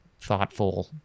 thoughtful